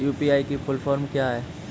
UPI की full form क्या है?